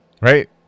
right